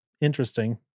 interesting